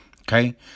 Okay